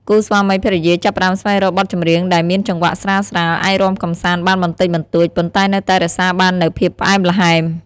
គូស្វាមីភរិយាចាប់ផ្តើមស្វែងរកបទចម្រៀងដែលមានចង្វាក់ស្រាលៗ អាចរាំកម្សាន្តបានបន្តិចបន្តួច ប៉ុន្តែនៅតែរក្សាបាននូវភាពផ្អែមល្ហែម។